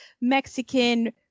Mexican